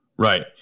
Right